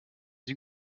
sie